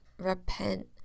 repent